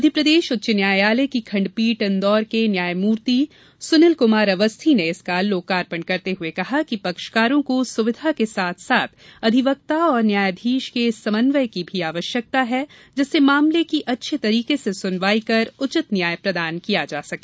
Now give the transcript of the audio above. मध्यप्रदेश उच्च न्यायालय की खण्डपीठ इंदौर के न्यायमूर्ति सुनील कुमार अवस्थी ने इसका लोकार्पण करते हुए कहा कि पक्षकारों को सुविधा देने के साथ साथ अधिवक्ता और न्यायाधीश के समन्वय की भी आवश्यकता है जिससे मामले की अच्छे तरीके से सुनवाई कर उचित न्याय प्रदान किया जा सके